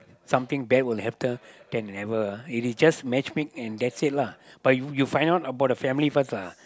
something bad will happen than never ah it is just matchmake and that's it lah but you you find out about the family first lah